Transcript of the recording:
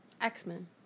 X-Men